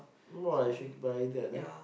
oh I should buy that ah